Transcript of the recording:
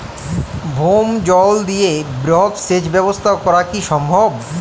ভৌমজল দিয়ে বৃহৎ সেচ ব্যবস্থা করা কি সম্ভব?